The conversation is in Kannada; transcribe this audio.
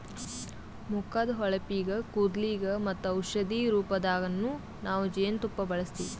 ಮುಖದ್ದ್ ಹೊಳಪಿಗ್, ಕೂದಲಿಗ್ ಮತ್ತ್ ಔಷಧಿ ರೂಪದಾಗನ್ನು ನಾವ್ ಜೇನ್ತುಪ್ಪ ಬಳಸ್ತೀವಿ